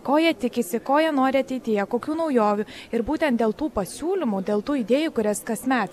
ko jie tikisi ko jie nori ateityje kokių naujovių ir būtent dėl tų pasiūlymų dėl tų idėjų kurias kasmet